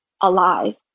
alive